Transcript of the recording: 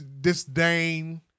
disdain